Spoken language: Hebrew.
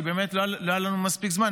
כי באמת לא היה לנו מספיק זמן.